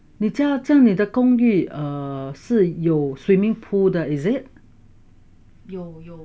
这样你的公寓是有 swimming pool 的 is it